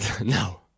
No